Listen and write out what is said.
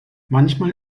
manchmal